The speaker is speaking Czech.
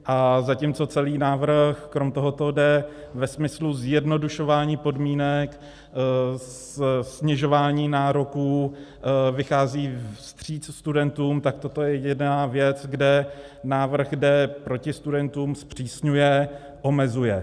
a zatímco celý návrh krom tohoto jde ve smyslu zjednodušování podmínek, snižování nároků, vychází vstříc studentům, tak toto je jediná věc, kde návrh jde proti studentům, zpřísňuje, omezuje.